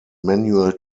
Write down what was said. manual